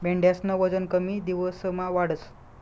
मेंढ्यास्नं वजन कमी दिवसमा वाढस